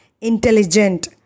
intelligent